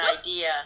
idea